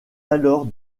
alors